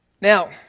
Now